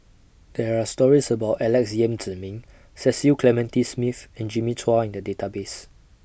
There Are stories about Alex Yam Ziming Cecil Clementi Smith and Jimmy Chua in The Database